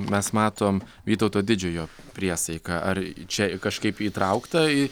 mes matom vytauto didžiojo priesaiką ar čia kažkaip įtraukta į